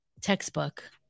textbook